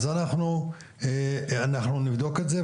אז אנחנו נבדוק את זה,